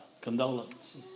condolences